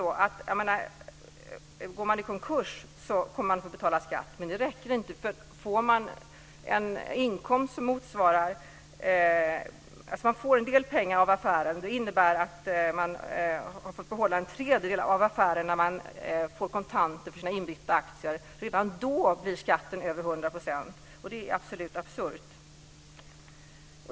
Går man i konkurs får man betala skatt, men det räcker inte: Säg att man får en inkomst som motsvarar en tredjedel av värdet i kontanter för sina inbytta aktier. Redan då blir skatten över 100 %, och det är absolut absurt.